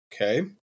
Okay